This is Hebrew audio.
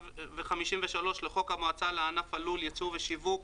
ו-53 לחוק המועצה לענף הלול (ייצור ושיווק),